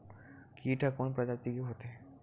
कीट ह कोन प्रजाति के होथे?